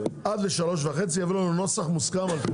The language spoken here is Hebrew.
עד ל- 15:30 ויביאו לנו נוסח מוסכם.